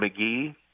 McGee